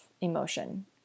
emotion